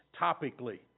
topically